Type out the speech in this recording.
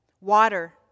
water